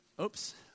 oops